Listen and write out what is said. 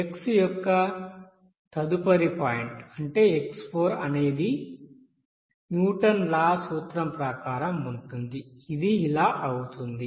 X యొక్క తదుపరి point అంటే x4 అనేది న్యూటన్ లా సూత్రం ప్రకారం ఉంటుంది అది అవుతుంది